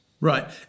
Right